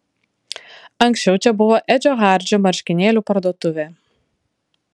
anksčiau čia buvo edžio hardžio marškinėlių parduotuvė